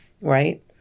right